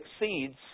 exceeds